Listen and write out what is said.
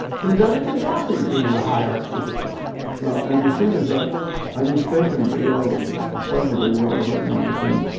turns out it's exhausting being a high art superstar and the thing is that i mistakenly or cleverly, whatever it might have been,